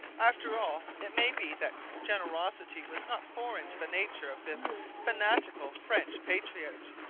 after all, it may be that generosity was not foreign to the nature of this fanatical french patriot.